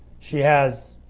she has